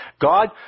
God